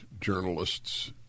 Journalists